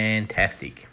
Fantastic